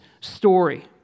story